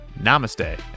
namaste